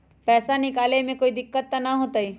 पैसा निकाले में कोई दिक्कत त न होतई?